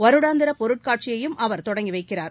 வருடாந்திர பொருட்காட்சியையும் அவர் தொடங்கி வைக்கிறார்